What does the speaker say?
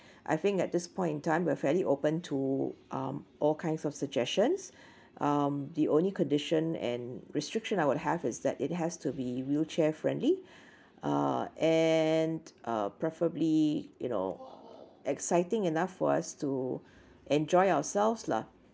I think at this point in time we're fairly open to um all kinds of suggestions um the only condition and restriction I would have is that it has to be wheelchair friendly uh and uh preferably you know exciting enough for us to enjoy ourselves lah